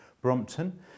Brompton